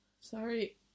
Sorry